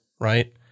right